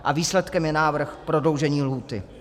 A výsledkem je návrh prodloužení lhůty.